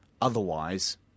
otherwise